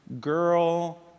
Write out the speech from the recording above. girl